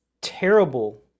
terrible